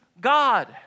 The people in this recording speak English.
God